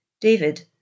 David